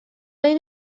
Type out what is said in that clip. این